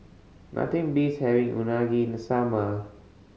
nothing beats having Unagi in the summer